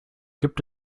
gibt